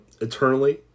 Eternally